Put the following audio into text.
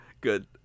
Good